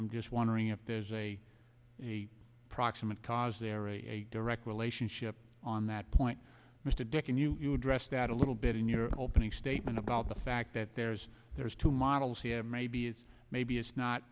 i'm just wondering if there's a a proximate cause there a direct relationship on that point mr dick and you you addressed that a little bit in your opening statement about the fact that there's there's two models maybe it's maybe it's not